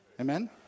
Amen